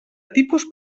tipus